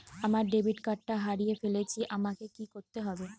আমার ডেবিট কার্ডটা হারিয়ে ফেলেছি আমাকে কি করতে হবে?